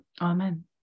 Amen